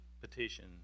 petition